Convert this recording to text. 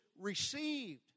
received